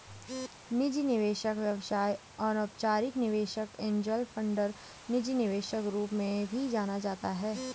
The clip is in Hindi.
निजी निवेशक व्यवसाय अनौपचारिक निवेशक एंजेल फंडर निजी निवेशक रूप में भी जाना जाता है